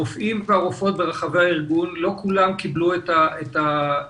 הרופאים והרופאות ברחבי הארגון לא כולן קיבלו את מסגרות